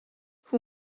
who